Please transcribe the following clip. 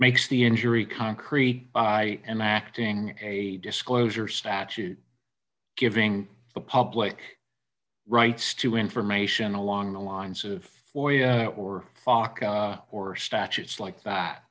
makes the injury concrete i am acting a disclosure statute giving the public rights to information along the lines of floyd or fox or statutes like that